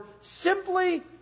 simply